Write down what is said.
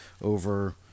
over